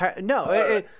No